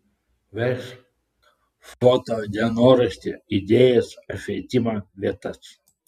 vesk foto dienoraštį idėjas apšvietimą vietas